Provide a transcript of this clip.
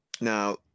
now